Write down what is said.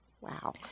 Wow